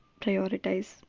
prioritize